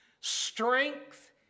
strength